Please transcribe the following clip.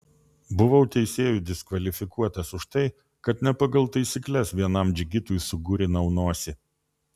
buvau teisėjų diskvalifikuotas už tai kad ne pagal taisykles vienam džigitui sugurinau nosį